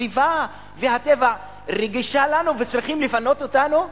הסביבה והטבע רגישים לנו וצריכים לפנות אותנו?